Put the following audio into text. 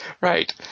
Right